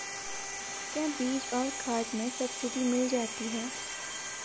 क्या बीज और खाद में सब्सिडी मिल जाती है?